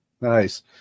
Nice